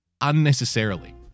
unnecessarily